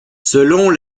selon